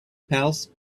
pals